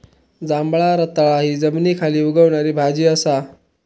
जांभळा रताळा हि जमनीखाली उगवणारी भाजी असा